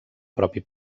propi